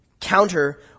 counter